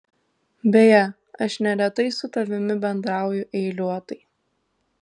beje aš neretai su tavimi bendrauju eiliuotai